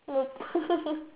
nope